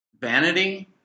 vanity